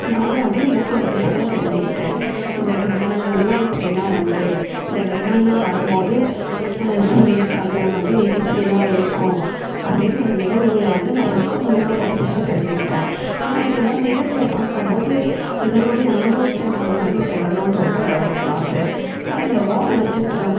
நான் வந்து அதையும் புக்கில் படித்து தான் தெரிஞ்சுகிட்டேன் இந்த கிரகணங்களெல்லாம் இப்படிலாம் உண்டு இந்த கிரகணங்கள் வரும் போது சூரியன் சந்திரன் வந்து இப்படியா இருக்கும் அப்படின்ற நிகழ்வுகள வந்து நான் புக்கு மூலயமா படித்து தான் தெரிஞ்சுகிட்டேன் ஆனால் இது எல்லாம் நேரில் பார்க்கும் போது இதனுடைய அனுபவத்தை நாங்கள் வந்து பெறணும்னு ரொம்ப எனக்கு ஆசை ஆனால் இந்த வால் நட்சத்திரம்